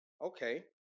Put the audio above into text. Okay